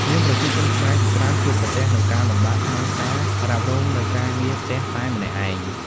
មានប្រជាជនខ្មែរជាច្រើនជួបប្រទះនូវការលំបាកក្នុងការរ៉ាបរ៉ងនូវការងារផ្ទះតែម្នាក់ឯង។